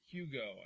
Hugo